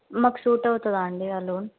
మాకు సూట్ అవుతుందా అండి ఆ లోన్